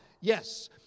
Yes